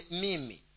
mimi